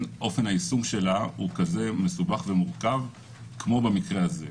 אופן היישום שלה כזה מסובך ומורכב כמו במקרה הזה.